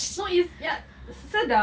no it's ya sedap